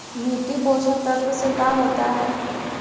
मिट्टी पोषक तत्त्व से का होता है?